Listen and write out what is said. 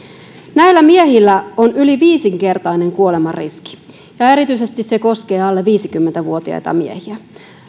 näillä miehillä on yli viisinkertainen kuolemanriski ja ja erityisesti se koskee alle viisikymmentä vuotiaita miehiä